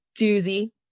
doozy